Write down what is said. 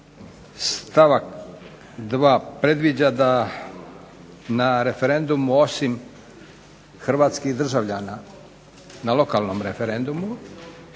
stavak 2. predviđa da na referendum osim hrvatskih državljana, na lokalnom referendumu,